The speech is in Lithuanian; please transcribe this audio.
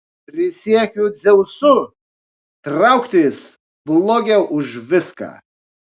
prisiekiu dzeusu trauktis blogiau už viską